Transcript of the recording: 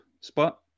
spot